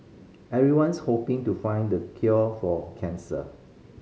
everyone's hoping to find the cure for cancer